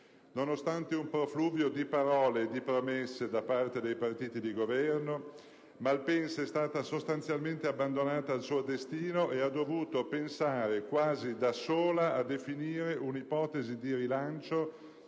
Nonostante un profluvio di parole e di promesse da parte dei partiti di Governo, Malpensa è stata sostanzialmente abbandonata al suo destino ed ha dovuto pensare quasi da sola a definire una ipotesi di rilancio